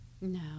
No